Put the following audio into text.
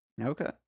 Okay